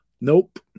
Nope